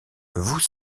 vous